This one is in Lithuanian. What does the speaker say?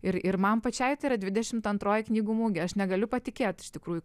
ir ir man pačiai tai yra dvidešimt antroji knygų mugė aš negaliu patikėt iš tikrųjų